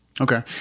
okay